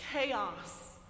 chaos